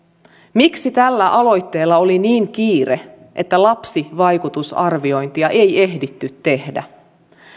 miksi tällä aloitteella oli niin kiire että lapsivaikutusarviointia ei ehditty tehdä